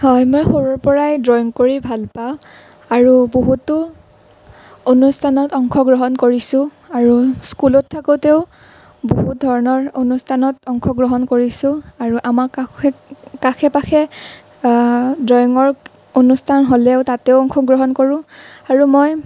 হয় মই সৰুৰে পৰাই ড্ৰয়িং কৰি ভাল পাওঁ আৰু বহুতো অনুষ্ঠানত অংশগ্ৰহণ কৰিছোঁ আৰু স্কুলত থাকোঁতেও বহুত ধৰণৰ অনুষ্ঠানত অংশগ্ৰহণ কৰিছোঁ আৰু আমাৰ কাষে কাষে পাশে ড্ৰয়িঙৰ অনুষ্ঠান হ'লেও তাতো অংশগ্ৰহণ কৰোঁ আৰু মই